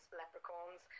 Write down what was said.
leprechauns